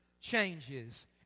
changes